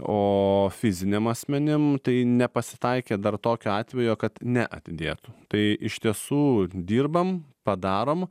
o fiziniam asmenim tai nepasitaikė dar tokio atvejo kad neatidėtų tai iš tiesų dirbam padarom